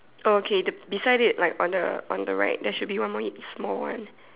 oh okay the beside it like on the on the right there should be one more small one